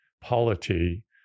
polity